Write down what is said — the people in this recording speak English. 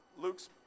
Luke's